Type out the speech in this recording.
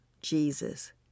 Jesus